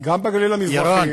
גם בגליל המזרחי,